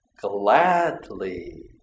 gladly